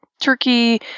Turkey